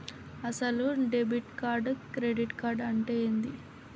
అసలు debit card credit card అంటే ఏంది?